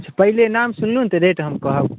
पहिले नाम सुनि लू तऽ रेट हम कहब